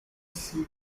sewed